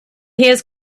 hears